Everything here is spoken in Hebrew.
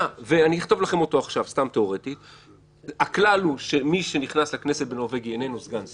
הכלל הוא, מי שנכנס לכנסת בנורבגי איננו סגן שר,